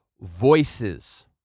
Voices